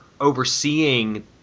overseeing